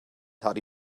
harry